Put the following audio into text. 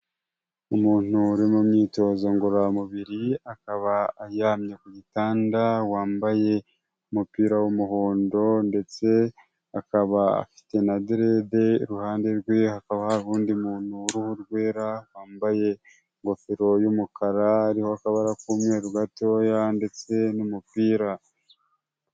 Umuntu uri mu myitozo ngororamubiri akaba aryamye ku gitanda, wambaye umupira w'umuhondo ndetse akaba afite na derede, iruhande rwe hakaba hari uwundi muntu w'uruhu rwera, wambaye ingofero y'umukara iriho akabara k'umweru gatoya ndetse n'umupira.